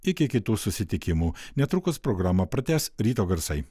iki kitų susitikimų netrukus programą pratęs ryto garsai